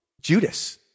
Judas